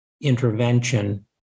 intervention